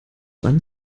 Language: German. wann